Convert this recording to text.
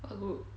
what group